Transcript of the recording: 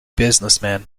businessman